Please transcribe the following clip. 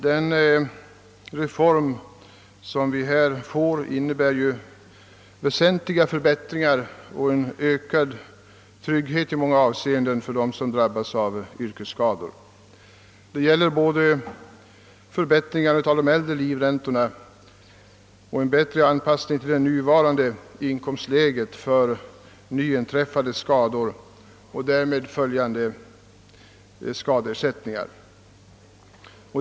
Den reform som där föreslås innebär väsentliga förbättringar och ökad trygghet för dem som drabbas av yrkesskador. Förbättringarna avser både de äldre livräntorna och anpassningen till nuvarande inkomstläge för nyinträffade skador och ersättningarna härför.